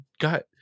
got